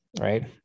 right